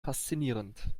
faszinierend